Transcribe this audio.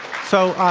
so